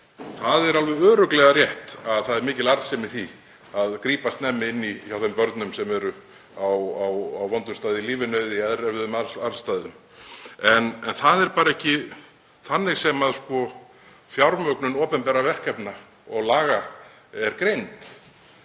Það er alveg örugglega rétt að það er mikil arðsemi í því að grípa snemma inn í hjá þeim börnum sem eru á vondum stað í lífinu eða í erfiðum aðstæðum. En það er bara ekki þannig sem fjármögnun opinberra verkefna og laga er greind.